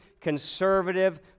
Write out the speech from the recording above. conservative